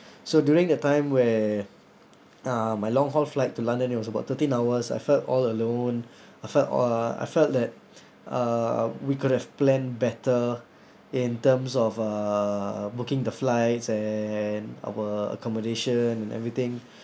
so during that time where uh my long haul flight to london it was about thirteen hours I felt all alone I felt all uh I felt that uh we could have planned better in terms of uh booking the flights and our accommodation and everything